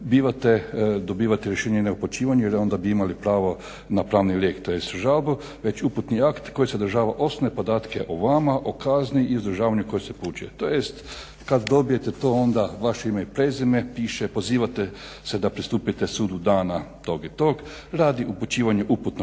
Dakle, dobivate rješenje na upućivanje jer onda bi imali pravo na pravni lijek tj. žalbu već uputni akt koji sadržava osnovne podatke o vama, o kazni i izdržavanju koje se upućuje. To jest kad dobijete to onda vaše ime i prezime piše pozivate se da pristupite sudu dana tog i tog radi upućivanja uputnog